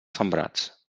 sembrats